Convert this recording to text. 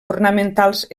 ornamentals